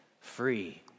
free